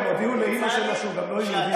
גם הודיעו לאימא שלו שהוא לא יהודי.